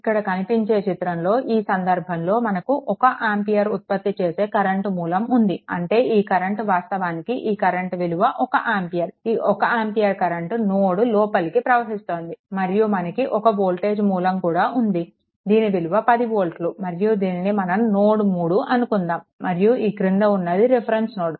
ఇక్కడ కనిపించే చిత్రంలో ఈ సందర్భంలో మనకు ఒక 1 ఆంపియర్ ఉత్పత్తి చేసే కరెంట్ మూలం ఉంది అంటే ఈ కరెంట్ వాస్తవానికి ఈ కరెంట్ విలువ 1 ఆంపియర్ ఈ 1 ఆంపియర్ కరెంట్ నోడ్ లోపలికి ప్రవహిస్తోంది మరియు మనకు ఒక వోల్టేజ్ మూలం కూడా ఉంది దీని విలువ 10 వోల్ట్లు మరియు దీనిని మనం నోడ్3 అనుకుందాము మరియు ఈ క్రింద ఉన్నది రిఫరెన్స్ నోడ్